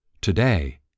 Today